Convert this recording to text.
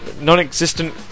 non-existent